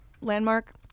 Landmark